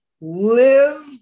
live